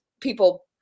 people